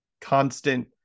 constant